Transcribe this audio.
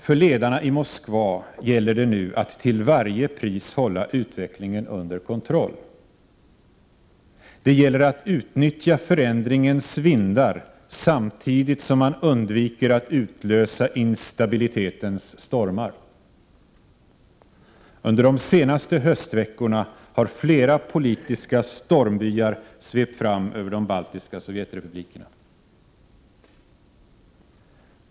För ledarna i Moskva gäller det nu att till varje pris hålla utvecklingen under kontroll. Det gäller att utnyttja förändringens vindar, samtidigt som man undviker att utlösa instabilitetens stormar. Under de senaste höstveckorna har flera politiska stormbyar svept fram över de baltiska sovjetrepublikerna.